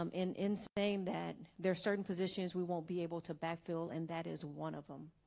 um and insane that there are certain positions we won't be able to backfill and that is one of them